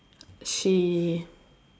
she